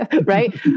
right